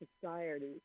society